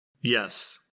Yes